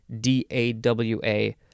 D-A-W-A